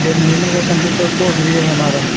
छह महीने का कंप्यूटर कोर्स भी है हमारा